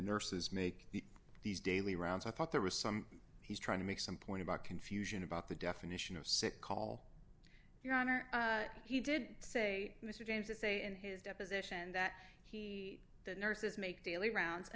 nurses make these daily rounds i thought there was some he's trying to make some point about confusion about the definition of sick call your honor he did say mr james it say in his deposition that he the nurses make daily rounds and